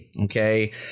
Okay